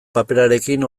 paperarekin